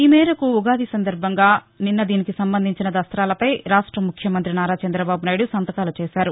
ఈమేరకు ఉగాది సందర్బంగా నిన్న దీనికి సంబంధించిన దృస్తాలపై రాష్ట ముఖ్యమంతి నారా చంద్రబాబునాయుడు సంతకాలు చేశారు